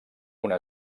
una